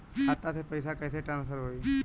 खाता से पैसा कईसे ट्रासर्फर होई?